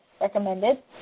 recommended